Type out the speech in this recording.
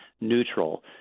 neutral